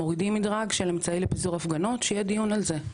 מורידים מדרג של אמצעי לפיזור הפגנות שיהיה דיון על זה.